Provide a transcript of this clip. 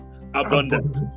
abundance